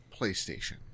PlayStation